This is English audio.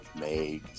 made